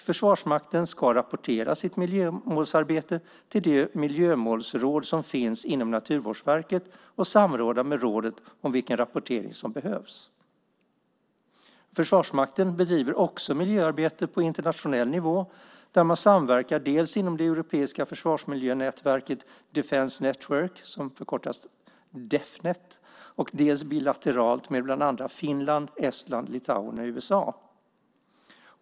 Försvarsmakten ska rapportera sitt miljömålsarbete till det miljömålsråd som finns inom Naturvårdsverket och samråda med rådet om vilken rapportering som behövs. Försvarsmakten bedriver också miljöarbete på internationell nivå där man samverkar dels inom det europeiska försvarsmiljönätverket Defence Network - förkortat Defnet - dels bilateralt med bland andra Finland, Estland, Litauen och USA.